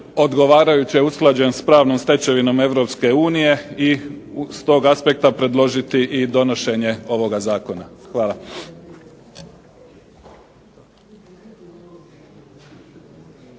odgovarajuće usklađen s pravnom stečevinom Europske unije i s tog aspekta predložiti i donošenje ovoga zakona. Hvala.